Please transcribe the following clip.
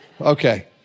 Okay